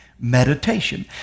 Meditation